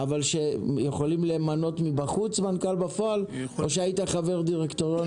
אבל יכולים למנות מבחוץ מנכ"ל בפועל או שהיית חבר דירקטוריון?